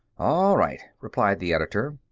all right, replied the editor.